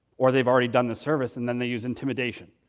or they've already done the service, and then they use intimidation.